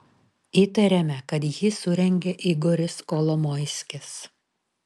įtariame kad jį surengė igoris kolomoiskis